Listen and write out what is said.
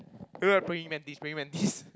he look like praying mantis praying mantis